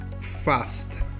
fast